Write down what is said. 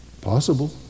Possible